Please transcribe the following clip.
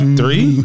three